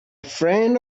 friend